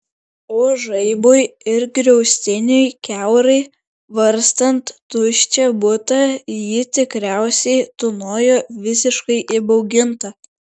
o žaibui ir griaustiniui kiaurai varstant tuščią butą ji tikriausiai tūnojo visiškai įbauginta